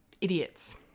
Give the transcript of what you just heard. idiots